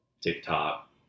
TikTok